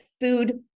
food